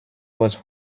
was